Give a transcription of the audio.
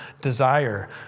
desire